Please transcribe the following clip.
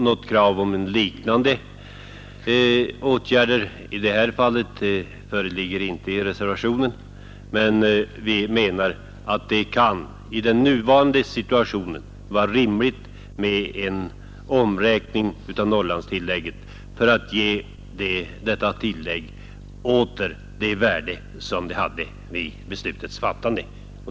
Något krav om liknande åtgärder i detta fall — föreligger inte i reservationen, men vi menar att det i nuvarande situation kan vara rimligt med en uppräkning av Norrlandstillägget för att återge detta tillägg det värde som det hade vid beslutets fattande.